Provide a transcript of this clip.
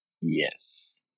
yes